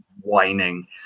whining